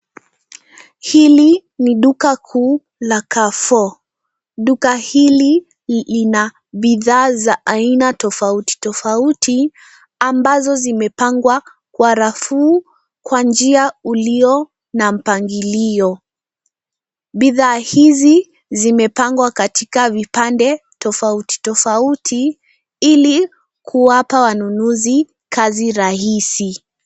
Hili ni duka kuu la Carrefour. Duka hili lina bidhaa za aina tofauti tofauti, ambazo zimepangwa kwa rafu kwa njia ulio na mpangilio. Bidhaa hizi zimepangwa katika vipande tofauti tofauti, ili kuwapa wanunuzi kazi rahisi.